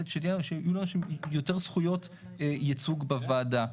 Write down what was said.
שיהיו לנו יותר זכויות ייצוג בוועדה.